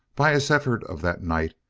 by his efforts of that night,